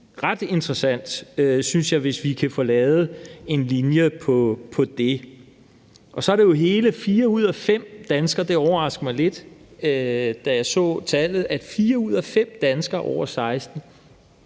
ret interessant, synes jeg, hvis vi kan få lavet en linje på det. Så overraskede det mig lidt, da jeg så tallet, at fire ud af fem danskere over 16